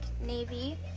Navy